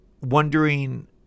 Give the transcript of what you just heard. wondering